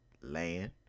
Land